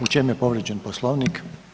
U čemu je povrijeđen Poslovnik?